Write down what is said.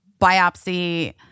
biopsy